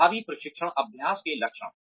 प्रभावी प्रशिक्षण अभ्यास के लक्षण